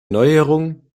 neuerung